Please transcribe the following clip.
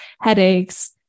headaches